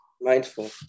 mindful